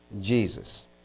Jesus